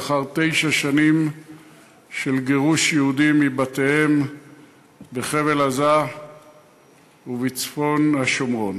לאחר תשע שנים של גירוש יהודים מבתיהם בחבל-עזה ובצפון השומרון.